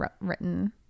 written